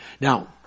Now